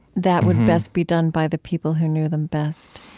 that would best be done by the people who knew them best